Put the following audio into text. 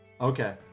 okay